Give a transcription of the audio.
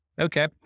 okay